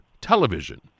Television